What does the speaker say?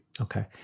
Okay